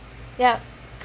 ya